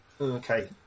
Okay